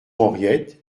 henriette